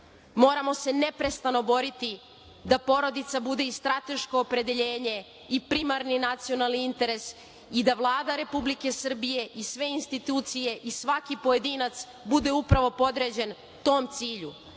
Moramo se neprestano boriti da porodica bude i strateško opredeljenje i primarni nacionalni interes i da Vlada Republike Srbije i sve institucije i svaki pojedinac bude upravo podređen tom cilju,